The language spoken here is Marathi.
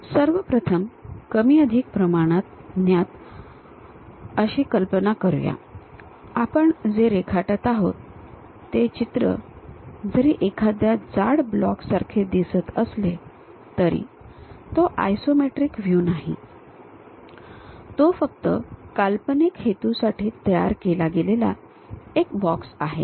सर्व प्रथम कमी अधिक प्रमाणात ज्ञात अशी कल्पना करूया आपण जे रेखाटत आहोत ते चित्र जरी एख्याद्या जाड ब्लॉक सारखे दिसत असेल तरी तो आयसोमेट्रिक व्ह्यू नाही तो फक्त काल्पनिक हेतूसाठी तयार केला गेलेला एक बॉक्स आहे